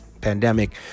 pandemic